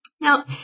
Now